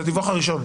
זה הדיווח הראשון.